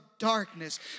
darkness